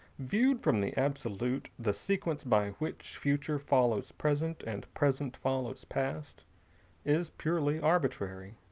viewed from the absolute, the sequence by which future follows present and present follows past is purely arbitrary.